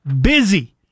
busy